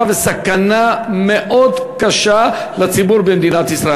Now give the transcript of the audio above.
וסכנה מאוד קשה לציבור במדינת ישראל.